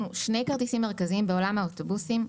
כרטיסים מרכזיים בעולם האוטובוסים,